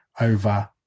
over